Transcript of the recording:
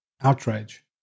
outrage